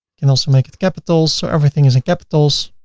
can also make it capitals, so everything is in capitals.